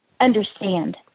understand